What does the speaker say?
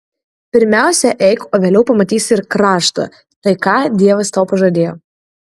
pirmiausia eik o vėliau pamatysi ir kraštą tai ką dievas tau pažadėjo